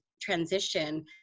transition